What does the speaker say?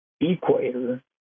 equator